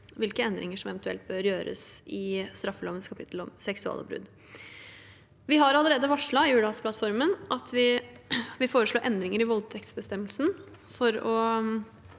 hvilke endringer som eventuelt bør gjøres i straffelovens kapittel om seksuallovbrudd. Vi har allerede varslet i Hurdalsplattformen at vi vil foreslå endringer i voldtektsbestemmelsen for å